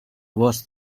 was